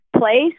place